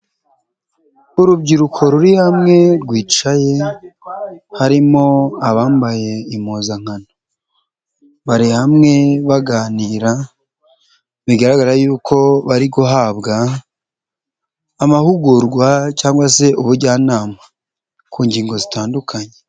Urubyiruko ruri hamwe rwicaye harimo abambaye impuzankano, bari hamwe baganira bigaragara yuko bari guhabwa amahugurwa cyangwa se ubujyanama ku ngingo zitandukanye.